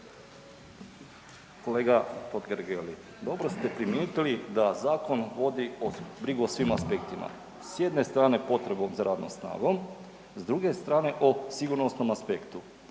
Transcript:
Kolega Totgergeli, dobro ste primijetili da zakon vodi brigu o svim aspektima, s jedne strane potrebu za radnom snagom, s druge strane o sigurnosnom aspektu.